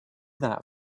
that